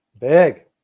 big